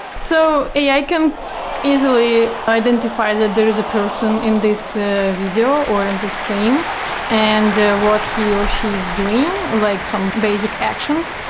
so ai can easily identify that there is a person in this ah video or in this frame and what he or she is doing, like some basic actions,